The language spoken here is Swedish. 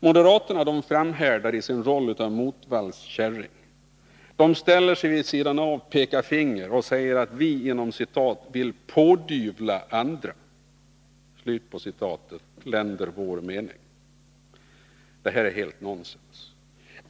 Moderaterna framhärdar i sin roll av motvalls käring. De ställer sig vid sidan av och pekar finger och säger att vi vill ”pådyvla” andra länder vår mening. Detta är rent nonsens.